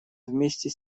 вместе